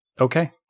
Okay